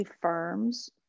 firms